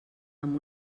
amb